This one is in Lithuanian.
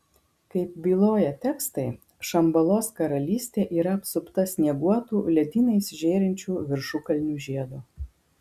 kaip byloja tekstai šambalos karalystė yra apsupta snieguotų ledynais žėrinčių viršukalnių žiedo